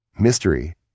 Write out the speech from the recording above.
Mystery